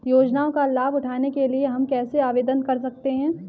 योजनाओं का लाभ उठाने के लिए हम कैसे आवेदन कर सकते हैं?